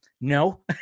no